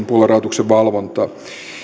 puoluerahoituksen valvontaa